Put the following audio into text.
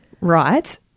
Right